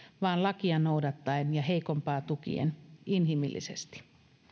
vaan lakia noudattaen ja heikompaa tukien inhimillisesti